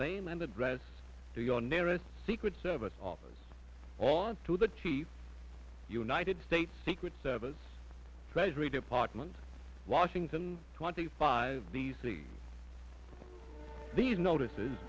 name and address to your nearest secret service office or to the chief united states secret service treasury department washington twenty five b c these notices